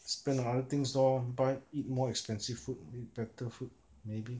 spend on other things lor buy eat more expensive food better food maybe